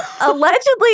Allegedly